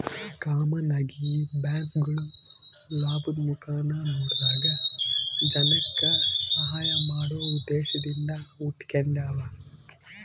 common ಆಗಿ ಈ ಬ್ಯಾಂಕ್ಗುಳು ಲಾಭುದ್ ಮುಖಾನ ನೋಡದಂಗ ಜನಕ್ಕ ಸಹಾಐ ಮಾಡೋ ಉದ್ದೇಶದಿಂದ ಹುಟಿಗೆಂಡಾವ